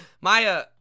Maya